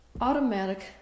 Automatic